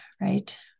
right